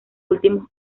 últimos